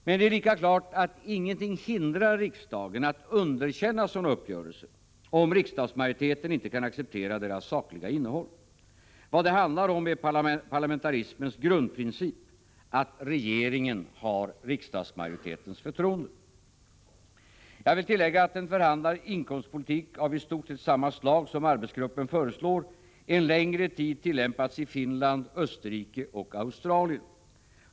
Men det är lika klart att ingenting hindrar riksdagen att underkänna sådana uppgörelser, om riksdagsmajoriteten inte kan acceptera deras sakliga innehåll. Vad det handlar om är parlamentarismens grundprincip — att regeringen har riksdagsmajoritetens förtroende. Jag vill tillägga att en förhandlad inkomstpolitik av i stort sett samma slag som arbetsgruppen föreslår en längre tid tillämpats i Finland, Österrike och Australien.